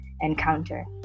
encounter